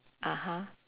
(uh huh)